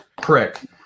Correct